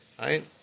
right